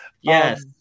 yes